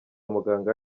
muganga